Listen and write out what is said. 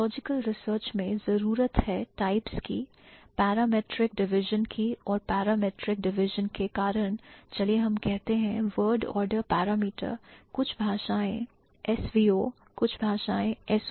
Typological research में जरूरत है टाइप्स की parametric division की और parametric division के कारण चलिए हम कहते हैं word order parameter कुछ भाषाएं SVO कुछ भाषाएं SOV